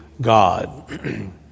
God